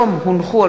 וכי הונחה היום,